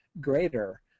greater